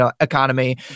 economy